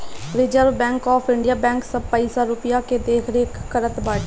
reserve Bank of India bank सब पईसा रूपया के देखरेख करत बाटे